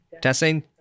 testing